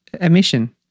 Emission